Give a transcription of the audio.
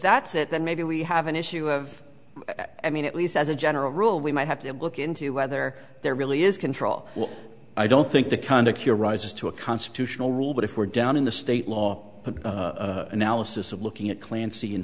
that's it then maybe we have an issue of i mean at least as a general rule we might have to look into whether there really is control i don't think the conduct here rises to a constitutional rule but if we're down in the state law analysis of looking at clancy in